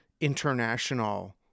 international